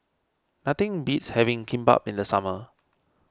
nothing beats having Kimbap in the summer